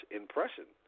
impression